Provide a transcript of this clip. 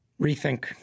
rethink